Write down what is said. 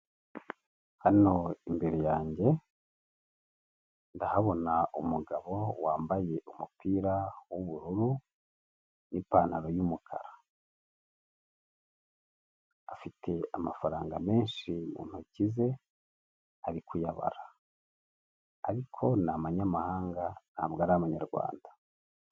Hano imbere yanjye ndahabona umugabo wambaye umupira w'ubururu n'ipantaro y'umukara. Afite amafaranga menshi mu ntoki ze, ari kuyabara. Ariko ni amanyamahanga, ntabwo ari amanyarwanda.